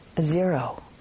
zero